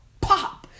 pop